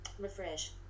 refresh